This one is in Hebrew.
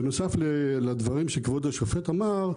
בנוסף לדברים שכבוד השופט אמר,